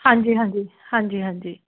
ਹਾਂਜੀ ਹਾਂਜੀ ਹਾਂਜੀ ਹਾਂਜੀ